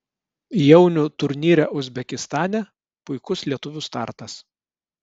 jaunių turnyre uzbekistane puikus lietuvių startas